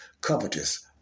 covetous